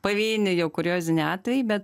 pavieniai jau kurioziniai atvejai bet